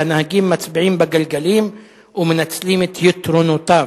והנהגים "מצביעים בגלגלים" ומנצלים את יתרונותיו.